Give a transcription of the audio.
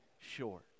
short